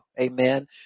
Amen